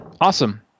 Awesome